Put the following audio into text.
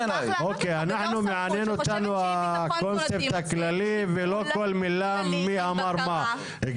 מעניין אותנו הקונספט הכללי ולא כל מילה מי אמר מה.